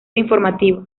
informativo